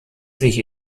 sich